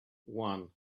one